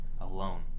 alone